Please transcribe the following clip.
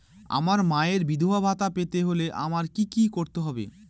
আমার মায়ের বিধবা ভাতা পেতে হলে আমায় কি কি করতে হবে?